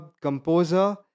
composer